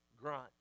grunt